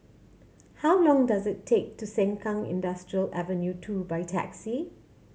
how long does it take to Sengkang Industrial Avenue Two by taxi